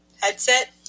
headset